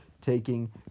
taking